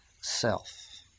self